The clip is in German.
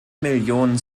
million